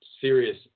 serious